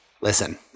listen